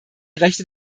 rechte